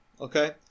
okay